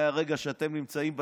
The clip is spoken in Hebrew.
מהרגע שאתם נמצאים בשלטון,